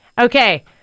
Okay